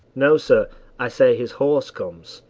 no, sir i say his horse comes,